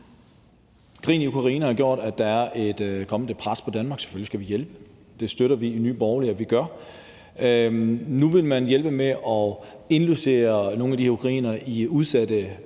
Krigen i Ukraine har gjort, at der er kommet et pres på Danmark. Vi skal selvfølgelig hjælpe dem. Det støtter vi i Nye Borgerlige at vi gør. Nu vil man hjælpe ved at indlogere nogle af de her ukrainere i udsatte